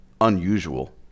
unusual